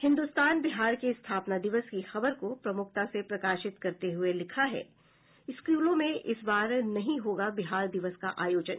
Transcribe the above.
हिन्दुस्तान बिहार के स्थापना दिवस की खबर को प्रमुखता से प्रकाशित करते हुए लिखा है स्कूलों में इस बार नहीं होगा बिहार दिवस का आयोजन